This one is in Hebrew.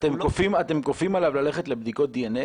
אתם כופים עליו ללכת לבדיקות דנ"א?